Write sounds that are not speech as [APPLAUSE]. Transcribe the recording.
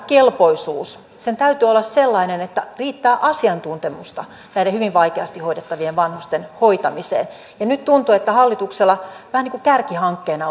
kelpoisuuden täytyy olla sellainen että riittää asiantuntemusta näiden hyvin vaikeasti hoidettavien vanhusten hoitamiseen ja nyt tuntuu että hallituksella vähän niin kuin kärkihankkeena [UNINTELLIGIBLE]